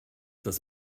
das